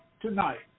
tonight